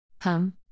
Hum